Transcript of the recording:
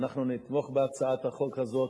ואנחנו נתמוך בהצעת החוק הזאת,